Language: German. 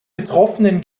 betroffenen